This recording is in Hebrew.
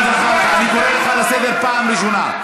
ג'מאל זחאלקה, אני קורא אותך לסדר פעם ראשונה.